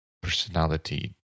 personality